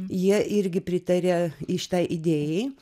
jie irgi pritarė šitai idėjai